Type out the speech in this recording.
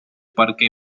parque